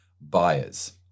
buyers